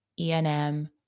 ENM